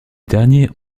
derniers